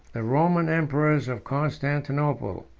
the roman emperors of constantinople,